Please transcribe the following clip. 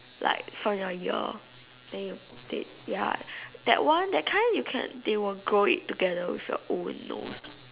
like from your ear then you take ya that one that kind you can they will grow it together with your old nose